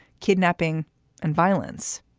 kidnapping and violence.